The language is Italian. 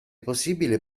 possibile